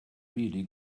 really